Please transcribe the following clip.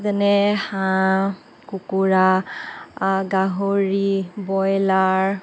যেনে হাঁহ কুকুৰা গাহৰি ব্ৰয়লাৰ